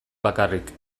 bakarrik